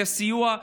לסיוע,